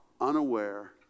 unaware